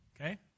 okay